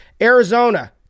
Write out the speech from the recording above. Arizona